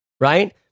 right